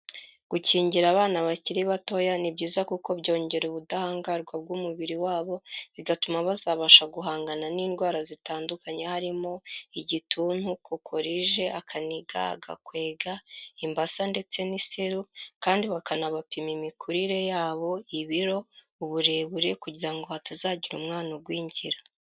Gukingira abana bakiri batoya ni byiza kuko byongera ubudahangarwa bw'umubiri wabo, bigatuma bazabasha guhangana n'indwara zitandukanye harimo igituntu, kokorije, akaniga, agakwega, imbasa ndetse n'iseru kandi bakanabapima imikurire yabo, ibiro, uburebure kugira ngo hatazagira umwana ugwingira.